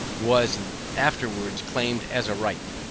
was afterwards claimed as a right.